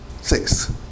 Six